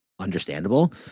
understandable